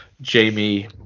Jamie